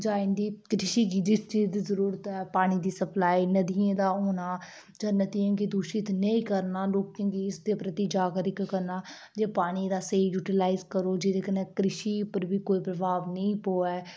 जां इंदी कृषि गी जिस चीज़ दी जरूरत ऐ पानियै दी सप्लाई नदियें दा होना जां नदियें गी दुशित नेईं करना लोकें गी इसदे प्रति जागरिक करना के पानी दा स्हेई यूटीलाईज करो जेह्दे कन्नै कृषि उप्पर बी कोई प्रभाव नेईं पवै